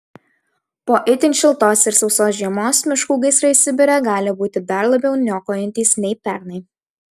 po itin šiltos ir sausos žiemos miškų gaisrai sibire gali būti dar labiau niokojantys nei pernai